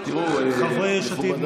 חברי יש עתיד,